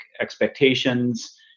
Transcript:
expectations